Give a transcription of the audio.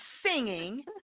singing